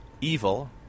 evil